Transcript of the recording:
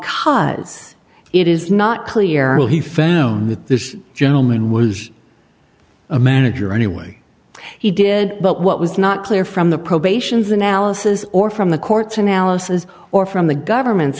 because it is not clear he found that this gentleman was a manager anyway he did but what was not clear from the probations analysis or from the court's analysis or from the government's